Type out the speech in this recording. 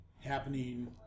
happening